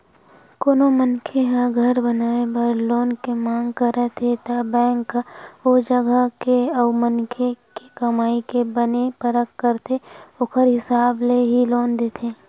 कोनो मनखे ह घर बनाए बर लोन के मांग करत हे त बेंक ह ओ जगा के अउ मनखे के कमई के बने परख करथे ओखर हिसाब ले ही लोन देथे